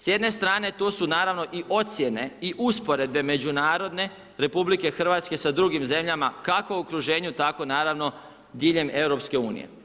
S jedne strane tu su naravno i ocjene i usporedbe međunarodne RH sa drugim zemljama kako u okruženju, tako naravno diljem EU.